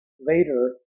later